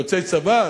יוצאי צבא,